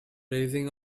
raising